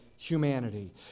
Humanity